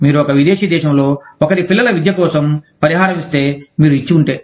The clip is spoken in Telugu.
మీరు ఒక విదేశీ దేశంలో ఒకరి పిల్లల విద్య కోసం పరిహారం ఇస్తే మీరు ఇచ్చి వుంటే